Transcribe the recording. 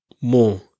more